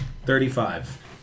Thirty-five